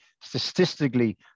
statistically